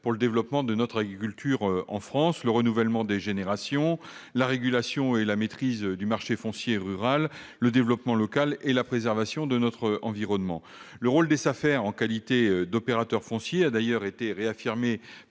pour le développement de l'agriculture en France, le renouvellement des générations, la régulation et la maîtrise du marché foncier rural, le développement local et la préservation de l'environnement. Le rôle des SAFER en qualité d'opérateurs fonciers a d'ailleurs été réaffirmé